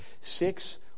Six